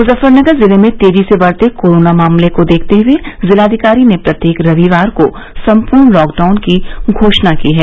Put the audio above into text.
मुजफ्फरनगर जिले में तेजी से बढ़ते कोरोना मामले को देखते हुये जिलाधिकारी ने प्रत्येक रविवार को सम्पूर्ण लॉकडाउन की घोषणा की है